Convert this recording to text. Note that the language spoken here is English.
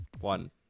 One